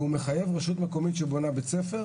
והוא מחייב רשות מקומית שבונה בית ספר